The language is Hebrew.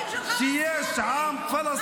רצחו את העם שלי,